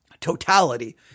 totality